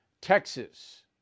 Texas